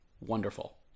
wonderful